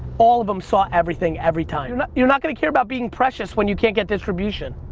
all of em saw everything every time. you're not gonna care about being precious when you can't get distribution.